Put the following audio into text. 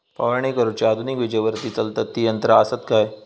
फवारणी करुची आधुनिक विजेवरती चलतत ती यंत्रा आसत काय?